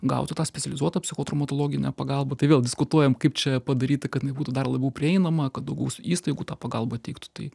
gauti tą specializuotą psichotraumatologinę pagalbą tai vėl diskutuojam kaip čia padaryti kad jinai būtų dar labiau prieinama kad daugiau įstaigų tą pagalbą teiktų tai